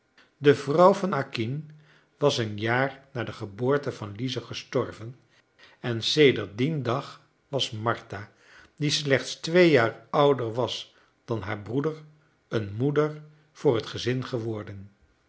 de vrouw van acquin was een jaar na de geboorte van lize gestorven en sedert dien dag was martha die slechts twee jaar ouder was dan haar broeder een moeder voor het gezin geworden